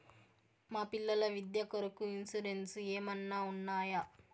మా పిల్లల విద్య కొరకు ఇన్సూరెన్సు ఏమన్నా ఉన్నాయా?